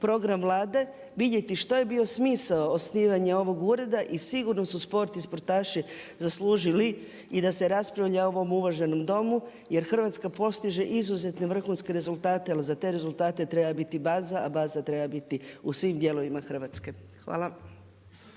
program Vlade, vidjeti što je bio smisao osnivanje ovog ureda i sigurno su sport i sportaši zaslužili i da se raspravlja u ovom uvaženom Domu jer Hrvatska postiže izuzetne vrhunske rezultate jer za te rezultate treba biti baza, a baza treba biti u svim dijelovima Hrvatske. Hvala.